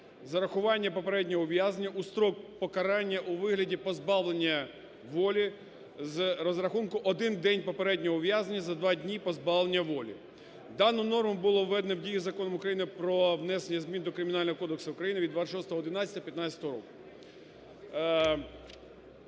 зарахування попереднього ув'язнення у строк покарання у вигляді позбавлення волі з розрахунку 1 день попереднього ув'язнення за 2 дні позбавлення волі. Дану норму було введено в дію Закону України про внесення змін до Кримінального кодексу України від 26.11.15 року.